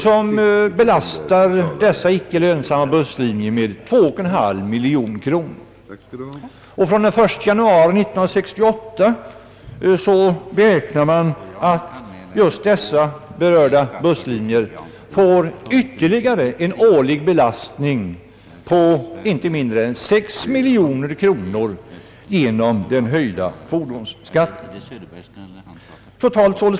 Därigenom kom dessa icke lönsamma busslinjer att belastas med 2,5 miljoner kronor. Man beräknar vidare att dessa busslinjer från den 1 januari 1968 kommer att belastas med ytterligare 6 miljoner kronor om året till följd av den höjda fordonsskatten.